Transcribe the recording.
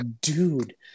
dude